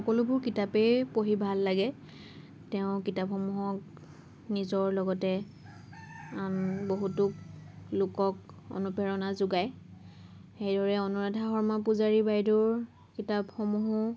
সকলোবোৰ কিতাপেই পঢ়ি ভাল লাগে তেওঁৰ কিতাপসমূহক নিজৰ লগতে আন বহুতো লোকক অনুপ্ৰেৰণা যোগায় সেইদৰে অনুৰাধা শৰ্মা পূজাৰী বাইদেউৰ কিতাপসমূহো